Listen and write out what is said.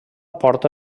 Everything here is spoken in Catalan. porta